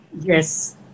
Yes